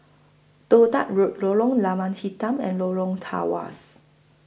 Toh Tuck Road Lorong Lada Hitam and Lorong Tawas